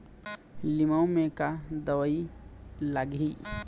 लिमाऊ मे का दवई लागिही?